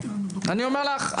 אני אומר לך,